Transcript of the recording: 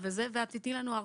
ואת תתני לנו הרצאה.